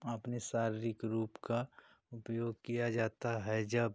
अपने शारीरिक रूप का उपयोग किया जाता है जब